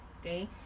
okay